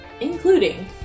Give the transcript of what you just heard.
including